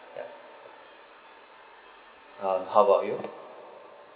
ya um how about you